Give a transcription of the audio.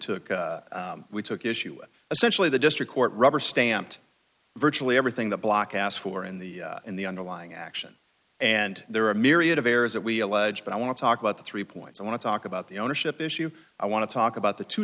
took we took issue with essentially the district court rubber stamped virtually everything the block asked for in the in the underlying action and there are a myriad of errors that we allege but i want to talk about the three points i want to talk about the ownership issue i want to talk about the two